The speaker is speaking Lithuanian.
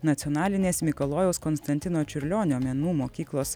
nacionalinės mikalojaus konstantino čiurlionio menų mokyklos